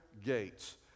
gates